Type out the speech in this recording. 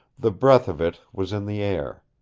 the breath of it was in the air,